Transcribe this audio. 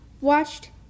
watched